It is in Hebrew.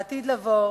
לעתיד לבוא,